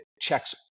checks